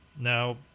Now